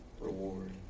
reward